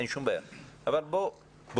אין שום בעיה בואו ננסה